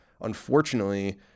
unfortunately